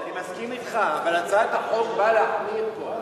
אני מסכים אתך, אבל הצעת החוק באה להחמיר פה.